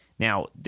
Now